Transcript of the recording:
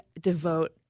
devote